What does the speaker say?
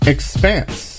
Expanse